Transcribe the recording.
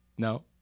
No